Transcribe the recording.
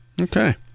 Okay